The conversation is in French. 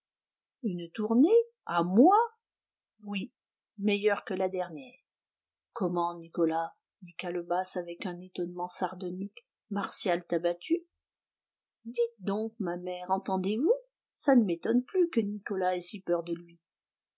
une tournée à moi oui meilleure que la dernière comment nicolas dit calebasse avec un étonnement sardonique martial t'a battu dites donc ma mère entendez-vous ça ne m'étonne plus que nicolas ait si peur de lui